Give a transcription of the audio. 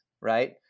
right